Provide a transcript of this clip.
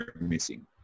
missing